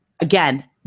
again